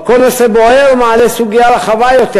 אבל כל נושא בוער מעלה סוגיה רחבה יותר,